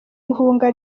ihunga